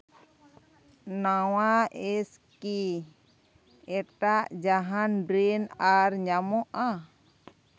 ᱱᱟᱣᱟ ᱮᱥᱠᱤ ᱮᱴᱟᱜ ᱡᱟᱦᱟᱱ ᱵᱨᱮᱱᱰ ᱟᱨ ᱧᱟᱢᱚᱜᱼᱟ